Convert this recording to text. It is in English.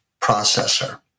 processor